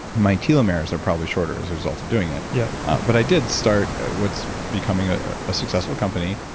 my telomeres are probably shorter as a result of doing it yeah but i did start what's becoming ah a successful company,